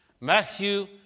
Matthew